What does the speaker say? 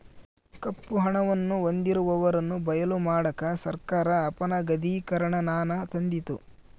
ಕಪ್ಪು ಹಣವನ್ನು ಹೊಂದಿರುವವರನ್ನು ಬಯಲು ಮಾಡಕ ಸರ್ಕಾರ ಅಪನಗದೀಕರಣನಾನ ತಂದಿತು